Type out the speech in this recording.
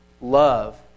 love